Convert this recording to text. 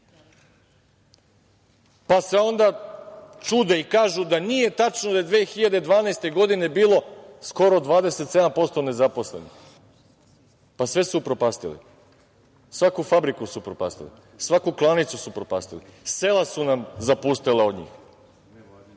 pa se onda čude i kažu da nije tačno da je 2012. godine bilo skoro 27% nezaposlenih. Sve su upropastili, svaku fabriku su upropastili. Svaku klanicu su upropastili, sela su nam zapustela od njih. Sad,